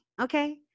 Okay